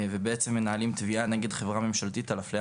ובעצם מנהלים תביעה נגד חברה ממשלתית על אפליה